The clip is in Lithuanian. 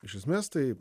iš esmės tai